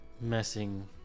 messing